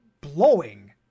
blowing